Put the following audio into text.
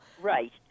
right